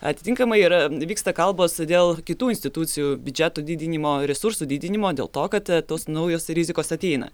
atitinkamai yra vyksta kalbos dėl kitų institucijų biudžetų didinimo resursų didinimo dėl to kad tos naujos rizikos ateina